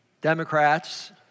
Democrats